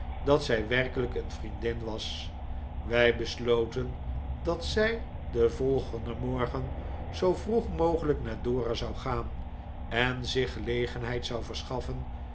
dat zij werkelijk een vriendin was wij besloten dat zij den volgenden morgen zoo vroeg mogelijk naar dora zou gaan en zich gelegenheid zou verschaffen